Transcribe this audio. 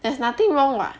there's nothing wrong [what]